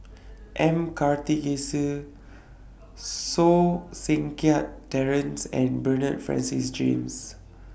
M Karthigesu So Seng Kiat Terence and Bernard Francis James